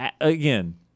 again